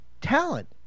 talent